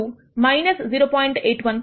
81 3 రెట్లు 1